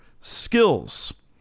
skills